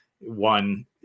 One